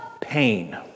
pain